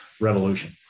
revolution